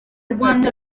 rwanda